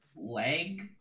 leg